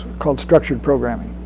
called structured programming.